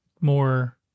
more